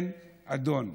כן, אדון.